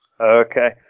Okay